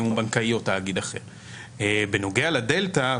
בנוגע לדלתא,